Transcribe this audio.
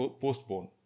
postpone